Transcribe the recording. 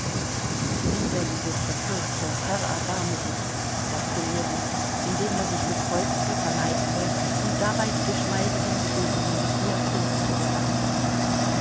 wieder dieses verkürzte herr erbarme dich dachte ljewin indem er sich bekreuzte verneigte und dabei die geschmeidigen bewegungen des diakons beobachtete